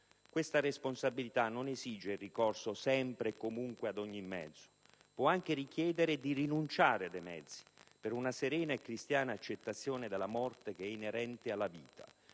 Questa responsabilità non esige il ricorso sempre e comunque ad ogni mezzo. Può anche richiedere di rinunciare a dei mezzi, per una serena e cristiana accettazione della morte, che è inerente alla vita.